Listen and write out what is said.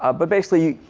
ah but basically,